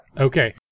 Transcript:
Okay